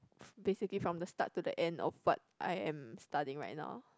basically from the start to the end of what I am studying right now